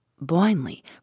Blindly